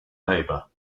labor